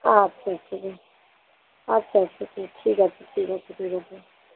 আচ্ছা ঠিক আচ্ছা আচ্ছা ঠিক ঠিক আছে ঠিক আছে ঠিক আছে